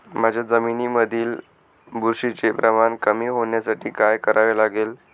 माझ्या जमिनीमधील बुरशीचे प्रमाण कमी होण्यासाठी काय करावे लागेल?